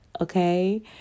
Okay